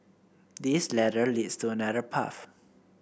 this ladder leads to another path